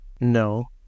no